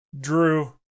Drew